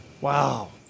Wow